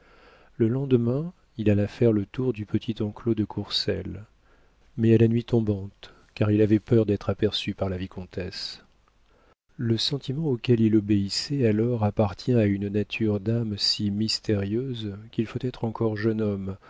le lendemain il alla faire le tour du petit enclos de courcelles mais à la nuit tombante car il avait peur d'être aperçu par la vicomtesse le sentiment auquel il obéissait alors appartient à une nature d'âme si mystérieuse qu'il faut être encore jeune homme